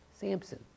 Samson